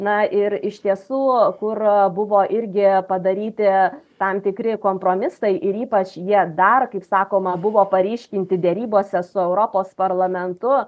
na ir iš tiesų kur buvo irgi padaryti tam tikri kompromisai ir ypač jie dar kaip sakoma buvo paryškinti derybose su europos parlamentu